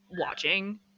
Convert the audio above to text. watching